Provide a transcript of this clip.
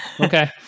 Okay